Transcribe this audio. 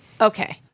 Okay